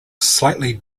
slightly